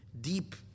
deep